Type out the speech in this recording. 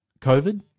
COVID